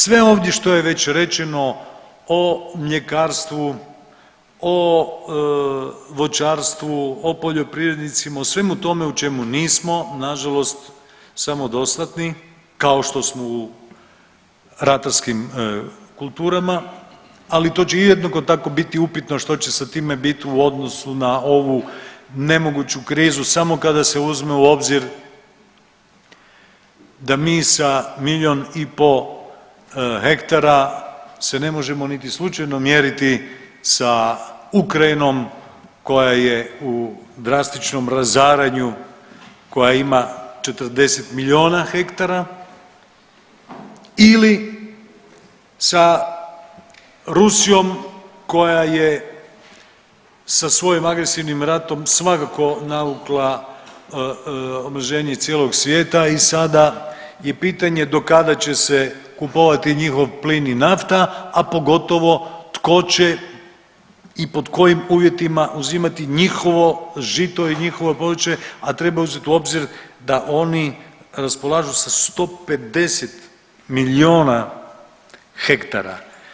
Sve ovdje što je već rečeno o mljekarstvu, o voćarstvu, o poljoprivrednicima o svemu tome u čemu nismo nažalost samodostatni kao što smo u ratarskim kulturama, ali to će jednako tako biti upitno što će sa time biti u odnosu na ovu nemoguću krizu samo kada se uzme u obzir da mi sa milion i po hektara se ne možemo niti slučajno mjeriti sa Ukrajinom koja je u drastičnom razaranju, koja ima 40 miliona hektara ili sa Rusijom koja je sa svojim agresivnim ratom svakako navukla omrženje cijelog svijeta i sada i pitanje do kada će se kupovati njihov plin i nafta, a pogotovo tko će i pod kojim uvjetima uzimati njihovo žito i njihovo povrće, a treba uzeti u obzir da oni raspolažu sa 150 miliona hektara.